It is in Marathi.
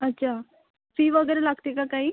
अच्छा फी वगैरे लागते का काही